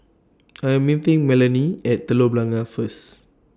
I Am meeting Melanie At Telok Blangah First